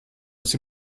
sie